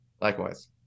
Likewise